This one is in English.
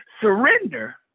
surrender